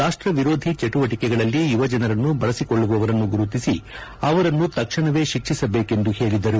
ರಾಷ್ಟ ವಿರೋಧಿ ಚಟುವಟಿಕೆಗಳಲ್ಲಿ ಯುವಜನರನ್ನು ಬಳಸಿಕೊಳ್ಳುವವರನ್ನು ಗುರುತಿಸಿ ಅವರನ್ನು ತಕ್ಷಣವೇ ಶಿಕ್ಷಿಸಬೇಕೆಂದು ಹೇಳಿದರು